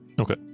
okay